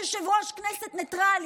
אתה אמור להיות יושב-ראש כנסת ניטרלי,